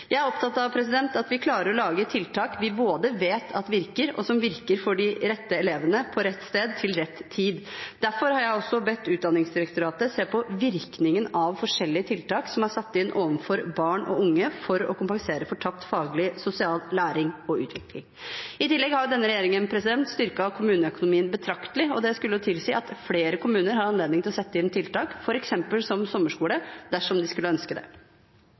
Jeg er opptatt av at vi klarer å lage tiltak vi både vet virker, og som virker for de rette elevene på rett sted til rett tid. Derfor har jeg bedt Utdanningsdirektoratet se på virkningen av forskjellige tiltak som er satt inn overfor barn og unge for å kompensere for tapt faglig og sosial læring og utvikling. I tillegg har denne regjeringen styrket kommuneøkonomien betraktelig, og det skulle tilsi at flere kommuner har anledning til å sette inn tiltak, f.eks. som sommerskole, dersom de skulle ønske det.